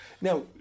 now